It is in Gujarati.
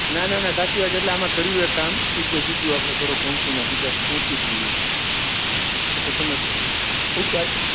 ના ના ના સાચી વાત છે એટલે આમાં કર્યું એ કામ સીધે સીધું આપણે કરો કંકુના સીધા પોચી જ જઈએ એટલે તમે ઓકે